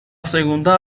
segunda